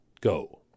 go